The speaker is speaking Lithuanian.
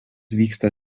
vyksta